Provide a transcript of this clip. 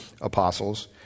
apostles